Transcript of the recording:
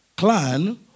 clan